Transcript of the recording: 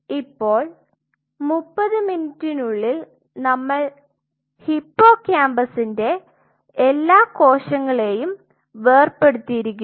ഇപ്പോൾ 30 മിനിറ്റിനുള്ളിൽ നമ്മൾ ഹിപ്പോകാമ്പസിന്റെ എല്ലാ കോശങ്ങളെയും വേർപെടുത്തിയിരിക്കുന്നു